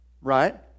Right